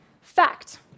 Fact